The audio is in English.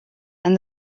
and